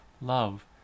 love